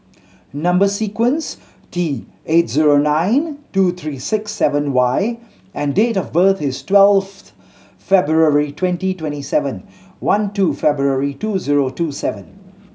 number sequence T eight zero nine two three six seven Y and date of birth is twelfth February twenty twenty seven one two February two zero two seven